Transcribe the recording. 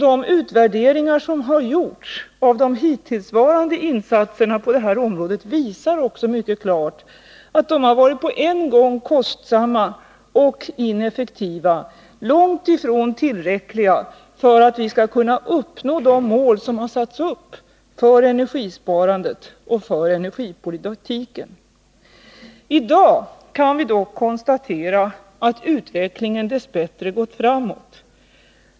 De utvärderingar som har gjorts av de hittillsvarande insatserna på detta område visar också mycket klart att de har varit på en gång kostsamma och ineffektiva, långt ifrån tillräckliga för att vi skall kunna uppnå de mål som har satts upp för energisparandet och för energipolitiken. I dag kan vi dock konstatera att utvecklingen dess bättre gått framåt.